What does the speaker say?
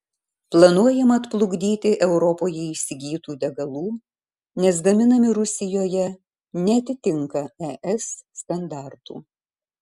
planuojama atplukdyti europoje įsigytų degalų nes gaminami rusijoje neatitinka es standartų